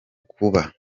kuba